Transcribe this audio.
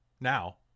Now